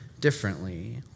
differently